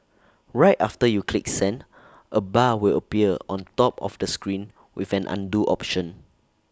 right after you click send A bar will appear on top of the screen with an Undo option